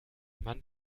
man